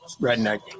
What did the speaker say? redneck